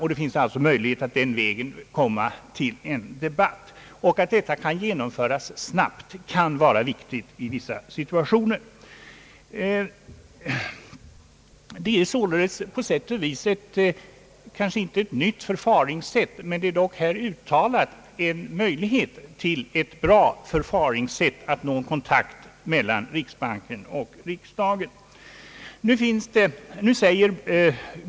Det finns alltså en möjlighet att på det sättet få till stånd en debatt. Att detta kan genomföras snabbt kan vara viktigt i vissa situationer. Här är det således kanske inte fråga om ett nytt förfaringssätt, men man har pekat på ett bra sätt att nå kontakt mellan riksbanken och riksdagen.